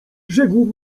rzekł